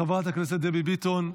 חברת הכנסת דבי ביטון,